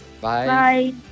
Bye